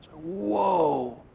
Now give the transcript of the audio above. Whoa